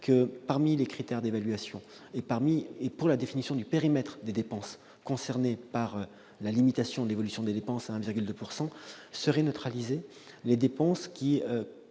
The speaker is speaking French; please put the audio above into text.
que, parmi les critères d'évaluation et pour la définition du périmètre des dépenses concernées par la limitation à 1,2 % seraient neutralisées les dépenses